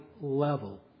level